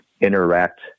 interact